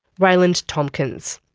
rayland tomkyns.